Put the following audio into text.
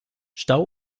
stau